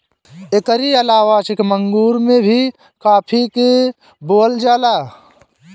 एकरी अलावा चिकमंगलूर में भी काफी के बोअल जाला